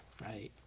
right